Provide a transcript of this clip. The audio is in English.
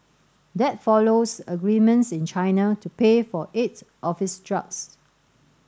that follows agreements in China to pay for eight of its drugs